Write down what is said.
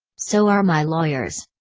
so are my lawyers.